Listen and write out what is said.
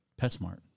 PetSmart